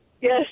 Yes